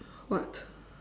what